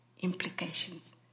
implications